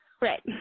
Right